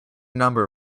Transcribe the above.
number